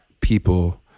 people